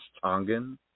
Tongan